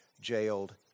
jailed